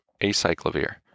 acyclovir